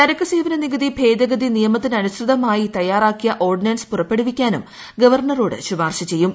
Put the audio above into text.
ചരക്കു സേവന നികുതി ഭേദഗതി നിയമനത്തിനനുസൃതമായി തയ്യാറാക്കിയ ഓർഡിനൻസ് പുറപ്പെടുവിക്കാനും ഗവർണറോട് ശുപാർശ ചെയ്യും